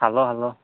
খালোঁ খালোঁ